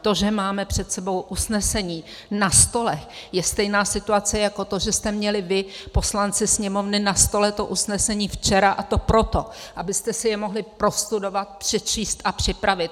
To, že máme před sebou usnesení na stole, je stejná situace jako to, že jste měli vy, poslanci Sněmovny, na stole to usnesení včera, a to proto, abyste si jej mohli prostudovat, přečíst a připravit.